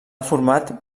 format